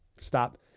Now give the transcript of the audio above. Stop